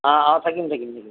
অঁ অঁ থাকিম থাকিম থাকিম